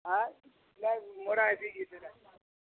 ହାଁ ନାଇଁ ମଡ଼ା ହେସି କିଛି ନାଇଁ